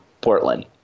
Portland